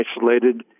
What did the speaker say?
isolated